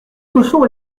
cochons